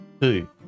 two